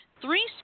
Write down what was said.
Three